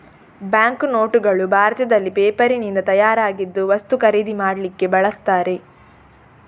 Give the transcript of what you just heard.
bank ನೋಟುಗಳು ಭಾರತದಲ್ಲಿ ಪೇಪರಿನಿಂದ ತಯಾರಾಗಿದ್ದು ವಸ್ತು ಖರೀದಿ ಮಾಡ್ಲಿಕ್ಕೆ ಬಳಸ್ತಾರೆ